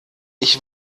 ich